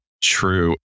true